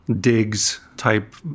digs-type